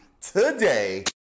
today